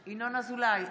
אזולאי,